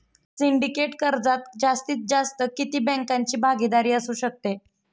Syndicate कर्जात जास्तीत जास्त किती बँकांची भागीदारी असू शकते?